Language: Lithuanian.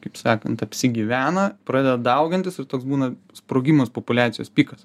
kaip sakant apsigyvena pradeda daugintis ir toks būna sprogimas populiacijos pikas